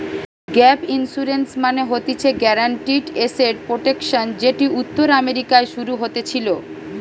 gap insurance মানে হতিছে guaranteed asset protection যেটি উত্তর আমেরিকায় শুরু হতেছিলো